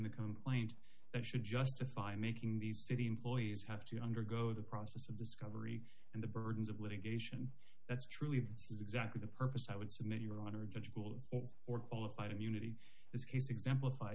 the complaint that should justify making these city employees have to undergo the process of discovery and the burdens of litigation that's truly is exactly the purpose i would submit your honor judge cool or qualified immunity this case exemplifie